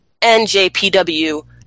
njpw